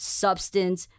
substance